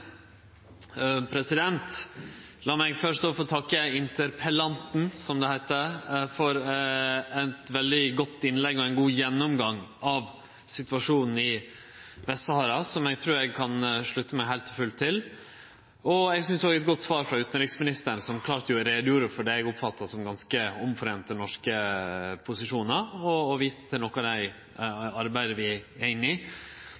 meg fyrst òg få takke interpellanten, som det heiter, for eit veldig godt innlegg og ein god gjennomgang av situasjonen i Vest-Sahara, som eg trur eg kan slutte meg heilt og fullt til. Eg synest òg det var eit godt svar frå utanriksministeren, som klart gjorde greie for det eg oppfattar som ganske fastsette norske posisjonar, og viste til noko av det arbeidet vi er inne i.